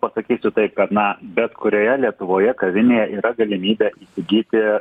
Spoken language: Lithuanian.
pasakysiu taip kad na bet kurioje lietuvoje kavinėje yra galimybė įsigyti